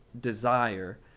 desire